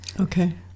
okay